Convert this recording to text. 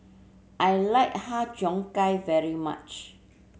I like Har Cheong Gai very much